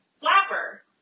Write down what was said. Flapper